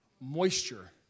moisture